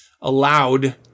allowed